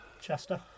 Chester